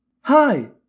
Hi